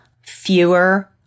fewer